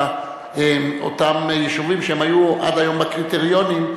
אותם יישובים שהיו עד היום בקריטריונים,